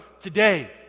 today